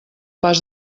pas